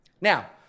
Now